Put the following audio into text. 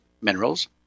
minerals